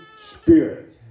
Spirit